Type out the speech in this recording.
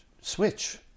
switch